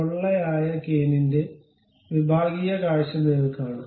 പൊള്ളയായ കെയിനിന്റെ വിഭാഗീയ കാഴ്ച നിങ്ങൾക്ക് കാണാം